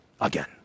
again